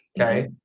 okay